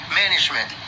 management